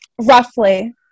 Roughly